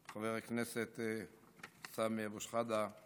חבר הכנסת סמי אבו שחאדה,